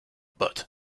but